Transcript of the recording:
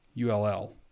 Ull